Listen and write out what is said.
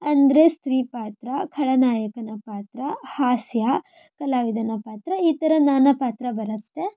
ಅಂದರೆ ಸ್ತ್ರೀ ಪಾತ್ರ ಖಳನಾಯಕನ ಪಾತ್ರ ಹಾಸ್ಯ ಕಲಾವಿದನ ಪಾತ್ರ ಈ ಥರ ನಾನಾ ಪಾತ್ರ ಬರುತ್ತೆ